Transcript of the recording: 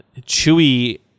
Chewie